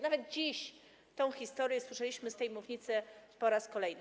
Nawet dziś tę historię słyszeliśmy z tej mównicy po raz kolejny.